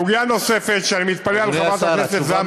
סוגיה נוספת שאני מתפלא על חברת הכנסת זנדברג,